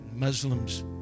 Muslims